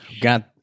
Got